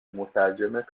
مترجمت